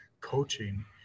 coaching